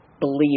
believe